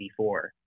1984